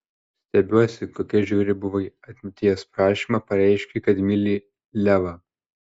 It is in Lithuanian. stebiuosi kokia žiauri buvai atmetei jos prašymą pareiškei kad myli levą